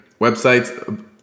websites